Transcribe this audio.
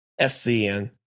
SCN